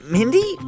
Mindy